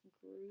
group